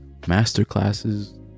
masterclasses